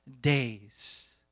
days